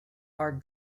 are